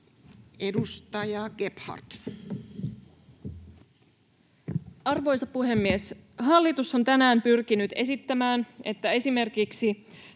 Edustaja Gebhard. Arvoisa puhemies! Hallitus on tänään pyrkinyt esittämään, että esimerkiksi